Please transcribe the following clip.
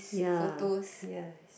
ya yes